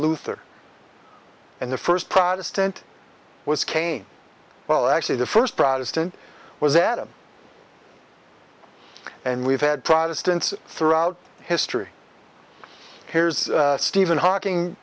luther and the first protestant was cain well actually the first protestant was adam and we've had protestants throughout history here's stephen hawking